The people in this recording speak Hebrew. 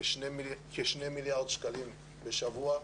כשני מיליארד שקלים לשבוע,